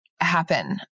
happen